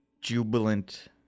jubilant